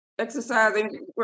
Exercising